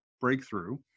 breakthrough